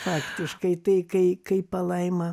faktiškai tai kai kai palaima